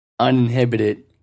uninhibited